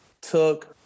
took